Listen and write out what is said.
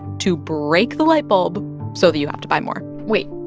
to break the light bulb so that you have to buy more wait,